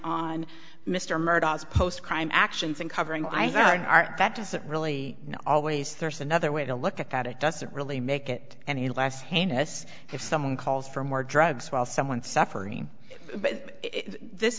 as post crime actions and covering i think are that doesn't really always there's another way to look at that it doesn't really make it any less heinous if someone calls for more drugs while someone suffering but this